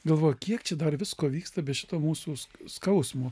galvoju kiek čia dar visko vyksta be šito mūsų skausmo